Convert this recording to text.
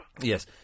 Yes